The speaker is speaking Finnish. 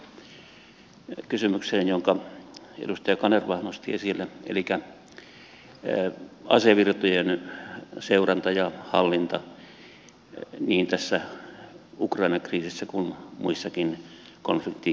vielä haluaisin puuttua kysymykseen jonka edustaja kanerva nosti esille elikkä asevirtojen seurantaan ja hallintaan niin tässä ukrainan kriisissä kuin muissakin konfliktikeskuksissa